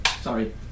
Sorry